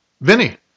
Vinny